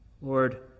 Lord